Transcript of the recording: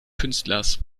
künstlers